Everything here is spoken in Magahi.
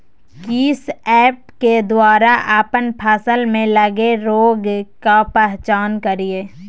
किस ऐप्स के द्वारा अप्पन फसल में लगे रोग का पहचान करिय?